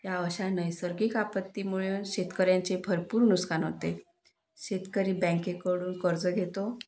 या अशा नैसर्गिक आपत्तीमुळे शेतकऱ्यांचे भरपूर नुकसान होते शेतकरी बँकेकडून कर्ज घेतो